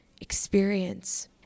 experience